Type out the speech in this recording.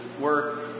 work